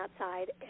outside